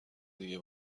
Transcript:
دیگه